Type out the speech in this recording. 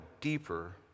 deeper